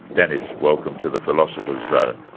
denis, welcome to the philosopher's zone.